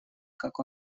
как